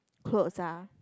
clothes ah